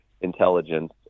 intelligence